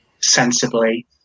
sensibly